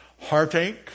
heartache